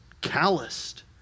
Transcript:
calloused